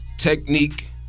Technique